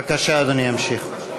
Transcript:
בבקשה, אדוני ימשיך.